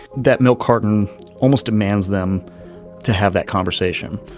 that milk cartons almost demands them to have that conversation.